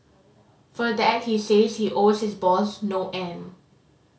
for that he says he owes his boss no end